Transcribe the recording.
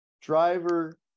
driver